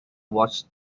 watched